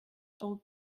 old